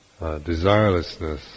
desirelessness